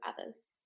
others